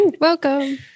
Welcome